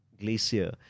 glacier